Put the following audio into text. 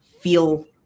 feel